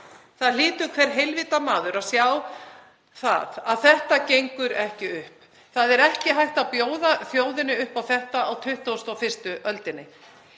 Það hlýtur hver heilvita maður að sjá að þetta gengur ekki upp. Það er ekki hægt að bjóða þjóðinni upp á þetta á 21. öldinni.